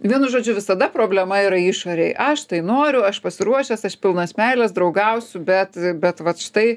vienu žodžiu visada problema yra išorėj aš noriu aš pasiruošęs aš pilnas meilės draugausiu bet bet vat štai